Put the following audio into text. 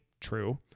True